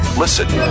Listen